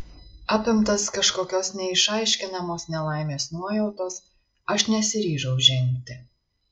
apimtas kažkokios neišaiškinamos nelaimės nuojautos aš nesiryžau žengti